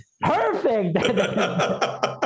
Perfect